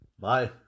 Bye